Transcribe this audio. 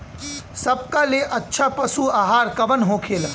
सबका ले अच्छा पशु आहार कवन होखेला?